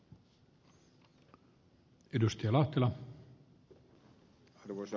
arvoisa puhemies